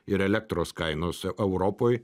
ir elektros kainos europoj